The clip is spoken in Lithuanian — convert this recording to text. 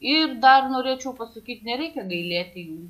ir dar norėčiau pasakyt nereikia gailėti jų